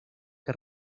que